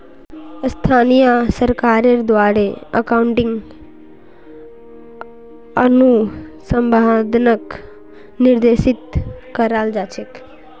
स्थानीय सरकारेर द्वारे अकाउन्टिंग अनुसंधानक निर्देशित कराल जा छेक